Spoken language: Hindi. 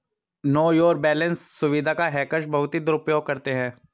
नो योर बैलेंस सुविधा का हैकर्स बहुत दुरुपयोग करते हैं